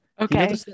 Okay